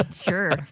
Sure